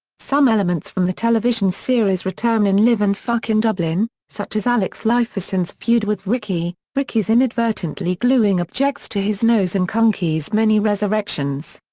some elements from the television series return in live in and fuckin' dublin, such as alex lifeson's feud with ricky, ricky's inadvertently gluing objects to his nose and conky's many resurrections.